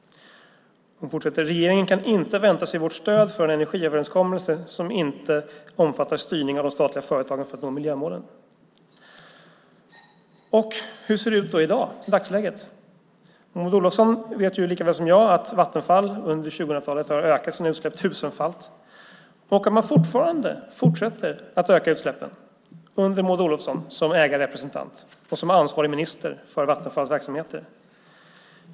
Hon fortsätter: Regeringen kan inte vänta sig vårt stöd för en energiöverenskommelse som inte omfattar styrning av de statliga företagen för att nå miljömålen. Hur ser det då ut i dagsläget? Maud Olofsson vet lika väl som jag att Vattenfall under 2000-talet har ökat sina utsläpp tusenfalt. Man fortsätter att öka utsläppen under Maud Olofsson som ägarrepresentant och ansvarig minister för Vattenfalls verksamheter.